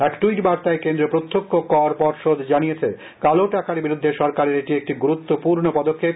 এক ট্যুইট বার্তায় কেন্দ্রীয় প্রত্যক্ষ কর পর্ষদ জানিয়েছে কালো টাকার বিরুদ্ধে সরকারের এটি একটি গুরুত্বপূর্ণ পদক্ষেপ